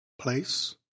place